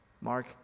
Mark